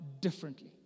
differently